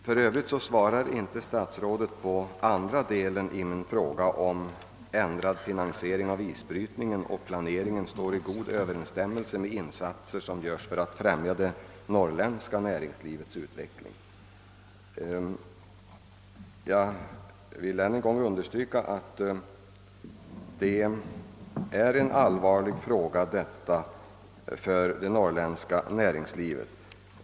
För övrigt svarar inte statsrådet på andra delen i min fråga, om ändrad finansiering av isbrytningen och planeringen står i god överensstämmelse med insatser som görs för att främja det norrländska näringslivets utveckling. Jag vill än en gång understryka att den ändring som antydes i Svenska Dagbladet skulle vara en allvarlig fråga för det norrländska näringslivet.